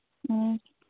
ꯑꯣ